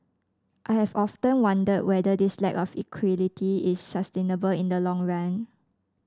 I have often wondered whether this lack of equity is sustainable in the long run